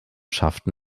schafften